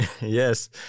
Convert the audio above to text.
Yes